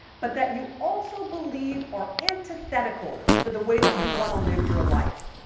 but that you also believe are antithetical to the way that you want to live your life?